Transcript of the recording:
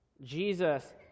Jesus